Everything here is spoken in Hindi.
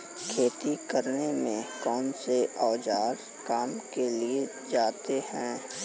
खेती करने में कौनसे औज़ार काम में लिए जाते हैं?